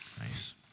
Nice